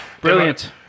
Brilliant